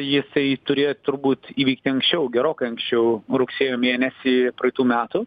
jisai turėjo turbūt įvykti anksčiau gerokai anksčiau rugsėjo mėnesį praeitų metų